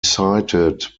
cited